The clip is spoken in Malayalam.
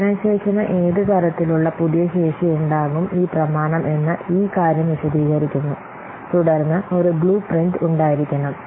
ഓർഗനൈസേഷന് ഏത് തരത്തിലുള്ള പുതിയ ശേഷിയുണ്ടാകും ഈ പ്രമാണം എന്ന് ഈ കാര്യം വിശദീകരിക്കുന്നു തുടർന്ന് ഒരു ബ്ലു പ്രിന്റ് ഉണ്ടായിരിക്കണം